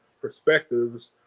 perspectives